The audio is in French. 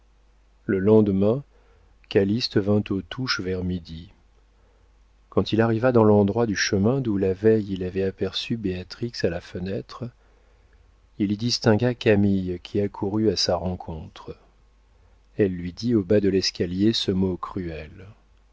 le lendemain calyste vint aux touches vers midi quand il arriva dans l'endroit du chemin d'où la veille il avait aperçu béatrix à la fenêtre il y distingua camille qui accourut à sa rencontre elle lui dit au bas de l'escalier ce mot cruel